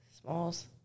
smalls